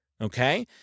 Okay